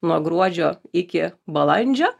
nuo gruodžio iki balandžio